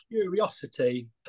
curiosity